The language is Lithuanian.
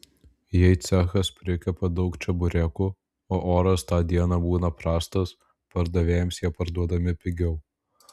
jei cechas prikepa daug čeburekų o oras tą dieną būna prastas pardavėjams jie parduodami pigiau